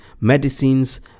medicines